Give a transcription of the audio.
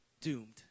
doomed